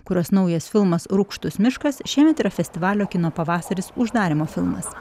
kurios naujas filmas rūgštus miškas šiemet yra festivalio kino pavasaris uždarymo filmas